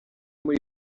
muri